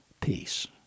peace